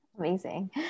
amazing